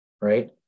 Right